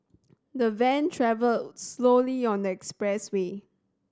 the van travelled slowly on the expressway